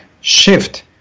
shift